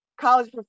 college